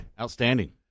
outstanding